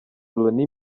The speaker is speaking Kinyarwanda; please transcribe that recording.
loni